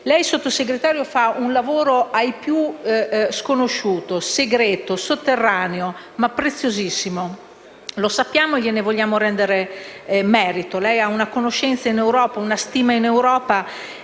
Sottosegretario, fa un lavoro ai più sconosciuto, segreto e sotterraneo, ma preziosissimo. Lo sappiamo e gliene vogliamo rendere merito. Lei ha una conoscenza e una stima in Europa